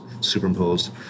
superimposed